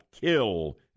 kill